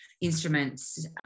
instruments